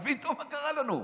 תביטו מה קרה לנו.